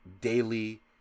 daily